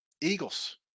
Eagles